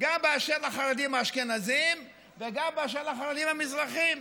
גם באשר לחרדים האשכנזים וגם באשר לחרדים המזרחים.